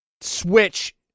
Switch